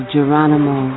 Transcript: Geronimo